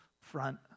front